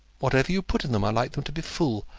whatever you put in them, i like them to be full.